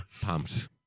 Pumped